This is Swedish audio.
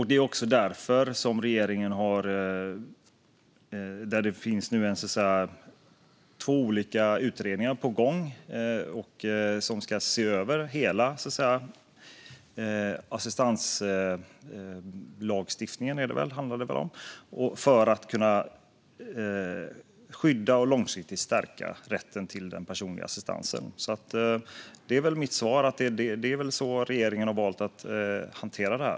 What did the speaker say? Det är också därför regeringen nu har sett till att det finns två olika utredningar på gång som ska se över hela assistanslagstiftningen, som det väl handlar om, för att kunna skydda och långsiktigt stärka rätten till den personliga assistansen. Mitt svar är att det väl är så som regeringen har valt att hantera det här.